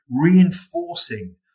reinforcing